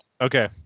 Okay